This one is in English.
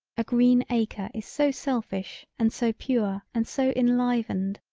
a green acre is so selfish and so pure and so enlivened.